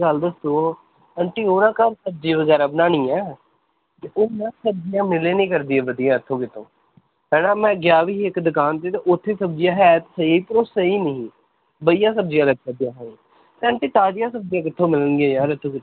ਗੱਲ ਦੱਸੋ ਆਂਟੀ ਉਹ ਨਾ ਘਰ ਸਬਜ਼ੀ ਵਗੈਰਾ ਬਣਾਉਣੀ ਆ ਅਤੇ ਉਹ ਮੈਂ ਸਬਜ਼ੀਆਂ ਮਿਲੇ ਨਹੀਂ ਕਰਦੀ ਆ ਵਧੀਆ ਇੱਥੋਂ ਕਿਤੋਂ ਪਹਿਲਾਂ ਮੈਂ ਗਿਆ ਵੀ ਸੀ ਇੱਕ ਦੁਕਾਨ 'ਤੇ ਉੱਥੇ ਸਬਜ਼ੀਆਂ ਹੈ ਸੀ ਪਰ ਉਹ ਸਹੀ ਨਹੀਂ ਸੀ ਬਹੀਆ ਸਬਜ਼ੀਆਂ ਰੱਖੀਆਂ ਹੋਈਆਂ ਆਂਟੀ ਤਾਜ਼ੀਆਂ ਸਬਜ਼ੀਆਂ ਕਿੱਥੋਂ ਮਿਲਣ ਗੀਆਂ ਯਾਰ ਐਥੋਂ ਕਿਤੋਂ